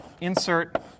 insert